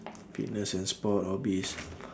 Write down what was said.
fitness and sport hobbies